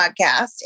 podcast